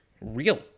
real